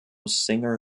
singer